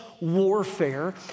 warfare